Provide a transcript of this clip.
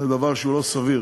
זה דבר שהוא לא סביר.